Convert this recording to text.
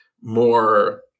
more